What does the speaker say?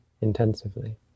intensively